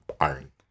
iron